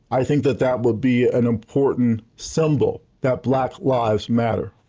i think that that would be an important symbol that black lives matter.